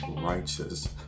Righteous